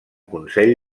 consell